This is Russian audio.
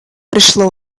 пришло